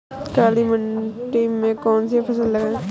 काली मिट्टी में कौन सी फसल लगाएँ?